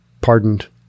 pardoned